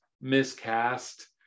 miscast